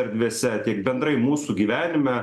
erdvėse tiek bendrai mūsų gyvenime